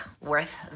worth